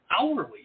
hourly